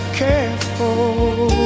careful